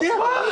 מה?